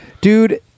Dude